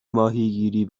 ماهیگیری